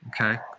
okay